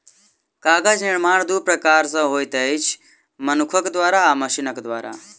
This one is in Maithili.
कागज निर्माण दू प्रकार सॅ होइत अछि, मनुखक द्वारा आ मशीनक द्वारा